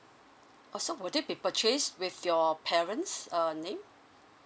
oh so would it be purchased with your parents' err name